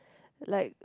like